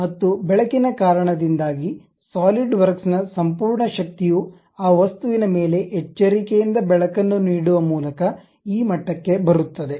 ಮತ್ತು ಬೆಳಕಿನ ಕಾರಣದಿಂದಾಗಿ ಸಾಲಿಡ್ ವರ್ಕ್ಸ್ ನ ಸಂಪೂರ್ಣ ಶಕ್ತಿಯು ಆ ವಸ್ತುವಿನ ಮೇಲೆ ಎಚ್ಚರಿಕೆಯಿಂದ ಬೆಳಕನ್ನು ನೀಡುವ ಮೂಲಕ ಈ ಮಟ್ಟಕ್ಕೆ ಬರುತ್ತದೆ